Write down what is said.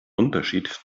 unterschied